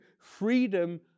freedom